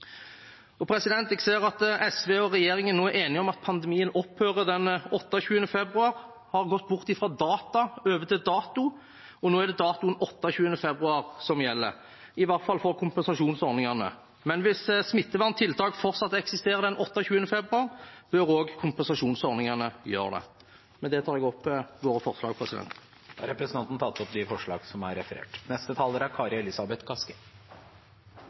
Jeg ser at SV og regjeringen nå er enige om at pandemien opphører den 28. februar. De har gått bort fra data og over til dato, og nå er det datoen 28. februar som gjelder – i hvert fall for kompensasjonsordningene. Men hvis smitteverntiltak fortsatt eksisterer den 28. februar, bør også kompensasjonsordningene gjøre det. Med det tar jeg opp våre forslag. Da har representanten Roy Steffensen tatt opp de